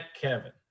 Kevin